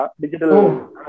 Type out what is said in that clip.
digital